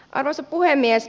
arvoisa puhemies